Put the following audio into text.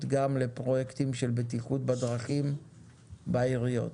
גם לפרויקטים של בטיחות בדרכים בעיריות.